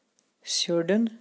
Sudan